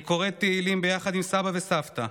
אני קוראת תהילים ביחד עם סבא וסבתא,